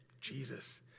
Jesus